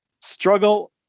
struggle